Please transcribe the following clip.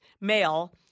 male